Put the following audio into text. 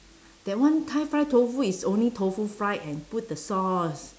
that one thai fry tofu is only tofu fried and put the sauce